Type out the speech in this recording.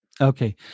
Okay